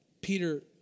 Peter